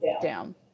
down